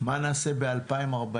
מה נעשה ב-2044?